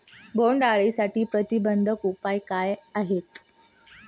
बोंडअळीसाठी प्रतिबंधात्मक उपाय काय आहेत?